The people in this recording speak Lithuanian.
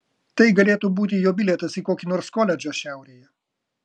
tai galėtų būti jo bilietas į kokį nors koledžą šiaurėje